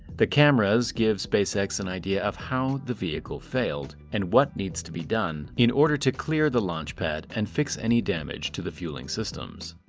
the cameras give spacex an idea of how the vehicle failed and what needs to be done in order to clear the launch pad and fix any damage to the fueling systems.